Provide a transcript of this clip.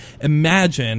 Imagine